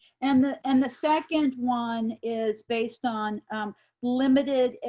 and the and the second one is based on limited,